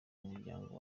muryango